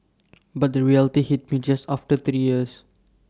but the reality hit me just after three years